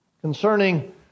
concerning